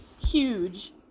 Huge